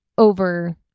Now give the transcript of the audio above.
over